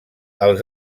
els